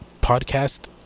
Podcast